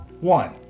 One